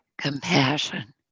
compassion